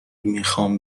میخوام